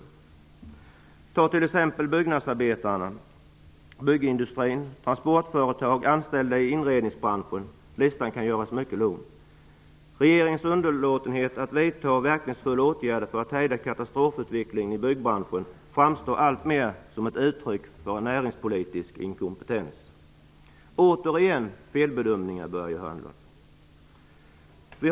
Det gäller t.ex. byggnadsarbetare, byggindustrin, transportföretag och anställda i inredningsbranschen. Listan kan göras mycket lång. Regeringens underlåtenhet att vidta verkningsfulla åtgärder för att hejda katastrofutvecklingen i byggbranschen framstår alltmer som ett uttryck för en näringspolitisk inkompetens. Återigen felbedömningar, Börje Hörnlund!